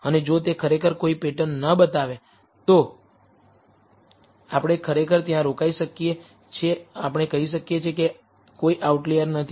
અને જો તે ખરેખર કોઈ પેટર્ન ન બતાવે તો આપણે ખરેખર ત્યાં રોકાઈ શકીએ છીએ આપણે કહી શકીએ કે કોઈ આઉટલિઅર નથી